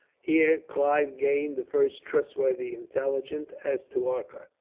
here clive gained the first trustworthy intelligence as to arcot.